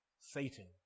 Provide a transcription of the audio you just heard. Satan